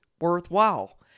worthwhile